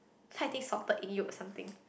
so I think salted egg yolk is something